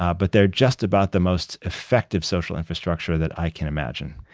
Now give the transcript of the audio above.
ah but they're just about the most effective social infrastructure that i can imagine.